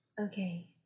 Okay